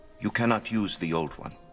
you cannot use the old one.